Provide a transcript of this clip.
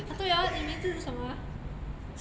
orh 对 hor 你名字是什么啊